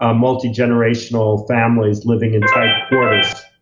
ah multigenerational families living in tight quarters.